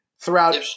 throughout